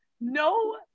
no